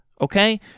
Okay